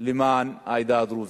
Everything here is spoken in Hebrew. למען העדה הדרוזית.